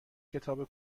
کتاب